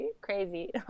crazy